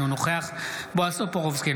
אינו נוכח בועז טופורובסקי,